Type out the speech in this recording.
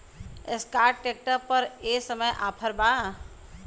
Escort tractor पर ए समय का ऑफ़र बा?